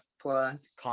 Plus